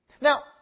Now